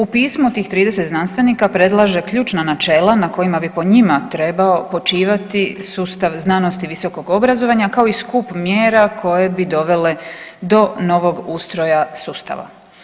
U pismu tih 30 znanstvenika predlaže ključna načela po kojima pi po njima trebao počivati sustav znanosti, visokog obrazovanja kao i skup mjera koje bi dovele do novog ustroja sustava.